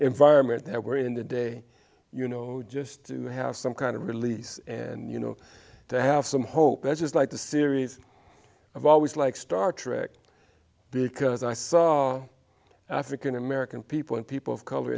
environment that we're in the day you know just to have some kind of release and you know to have some hope that just like the series i've always like star trek because i saw african american people and people of color